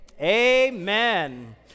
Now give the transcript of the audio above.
amen